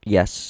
Yes